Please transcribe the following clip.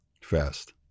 fast